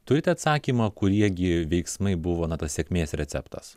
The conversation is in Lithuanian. turite atsakymą kurie gi veiksmai buvo na tas sėkmės receptas